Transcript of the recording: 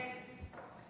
הסתייגות 62 לא נתקבלה.